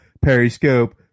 Periscope